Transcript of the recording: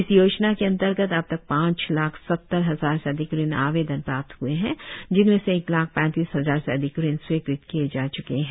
इस योजना के अंतर्गत अब तक पाच लाख सत्तर हजार से अधिक ऋण आवेदन प्राप्त हए हैं जिनमें से एक लाख पैंतीस हजार से अधिक ऋण स्वीकृत किए जा च्के हैं